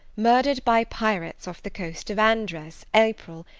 murdered by pirates off the coast of andres, april,